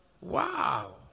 Wow